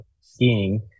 skiing